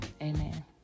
Amen